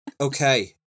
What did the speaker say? okay